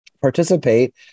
participate